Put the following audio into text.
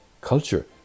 culture